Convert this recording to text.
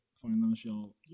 financial